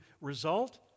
result